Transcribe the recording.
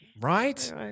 Right